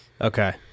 Okay